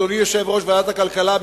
אדוני יושב-ראש ועדת הכלכלה,